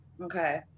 Okay